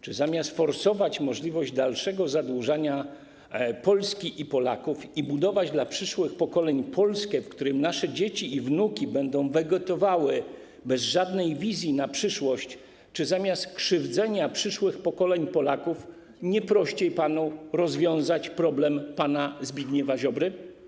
Czy zamiast forsować możliwość dalszego zadłużania Polski i Polaków i budować dla przyszłych pokoleń Polskę, w której nasze dzieci i wnuki będą wegetowały bez żadnych perspektyw na przyszłość, czy zamiast krzywdzić przyszłe pokolenia Polaków, nie prościej byłoby rozwiązać problem pana Zbigniewa Ziobry?